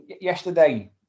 yesterday